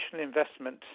investment